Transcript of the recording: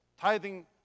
tithing